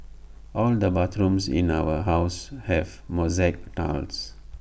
all the bathrooms in our house have mosaic tiles